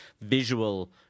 visual